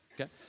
okay